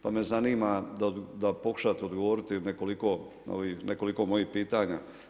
Pa me zanima, da pokušate odgovoriti na nekoliko mojih pitanja.